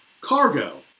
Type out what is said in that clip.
Cargo